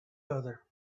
other